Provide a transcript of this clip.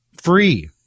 Free